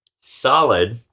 Solid